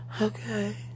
Okay